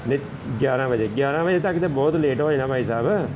ਜੇ ਗਿਆਰਾਂ ਵਜੇ ਗਿਆਰਾਂ ਵਜੇ ਤੱਕ ਤਾਂ ਬਹੁਤ ਲੇਟ ਹੋ ਜਾਣਾ ਭਾਈ ਸਾਹਿਬ